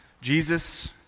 Jesus